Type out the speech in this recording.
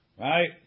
right